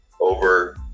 over